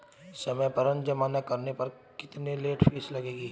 समय पर ऋण जमा न करने पर कितनी लेट फीस लगेगी?